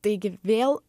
taigi vėl